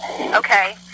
Okay